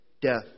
death